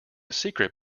secret